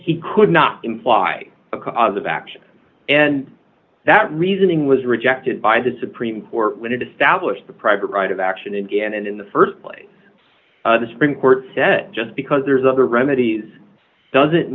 he could not imply a cause of action and that reasoning was rejected by the supreme court when it established the private right of action again and in the st place the supreme court said just because there's other remedies doesn't